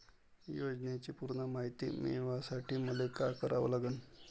योजनेची पूर्ण मायती मिळवासाठी मले का करावं लागन?